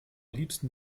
liebsten